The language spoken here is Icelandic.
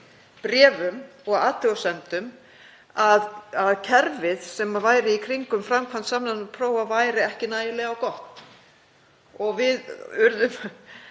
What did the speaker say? bréfum og athugasemdum að kerfið sem væri í kringum framkvæmd samræmdra prófa væri ekki nægilega gott. Við urðum